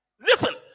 Listen